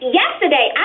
yesterday